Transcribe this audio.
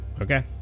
Okay